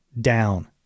down